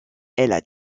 elle